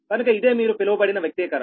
కనుక ఇదే మీరు పిలవబడిన వ్యక్తీకరణ